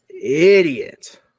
idiot